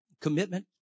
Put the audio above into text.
Commitment